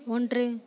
ஒன்று